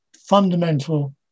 fundamental